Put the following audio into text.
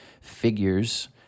figures